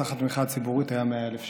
סך התמיכה הציבורית היה 100,000 שקל,